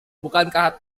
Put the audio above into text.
bukankah